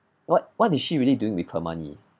what what is she really doing with her money